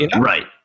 Right